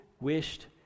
wished